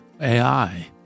AI